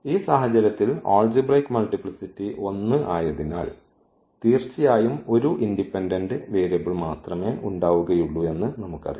ഈ സാഹചര്യത്തിൽ ആൾജിബ്രയ്ക് മൾട്ടിപ്ലിസിറ്റി 1 ആയതിനാൽ തീർച്ചയായും ഒരു ഇൻഡിപെൻഡന്റ് വേരിയബിൾ മാത്രമേ ഉണ്ടാവുകയുള്ളൂ എന്ന് നമുക്കറിയാം